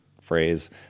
phrase